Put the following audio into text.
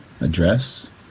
address